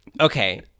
Okay